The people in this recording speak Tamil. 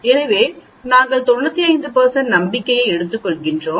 எனவே நாங்கள் 95 நம்பிக்கையை எடுத்துக்கொள்கிறோம்